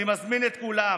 אני מזמין את כולם,